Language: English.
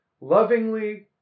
lovingly